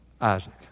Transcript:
Isaac